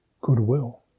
goodwill